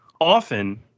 Often